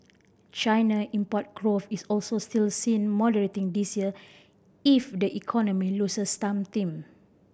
China import growth is also still seen moderating this year if the economy loses some steam